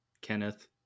kenneth